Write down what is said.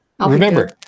Remember